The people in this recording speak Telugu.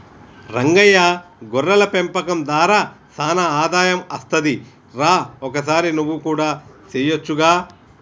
రంగయ్య గొర్రెల పెంపకం దార సానా ఆదాయం అస్తది రా ఒకసారి నువ్వు కూడా సెయొచ్చుగా